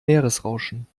meeresrauschen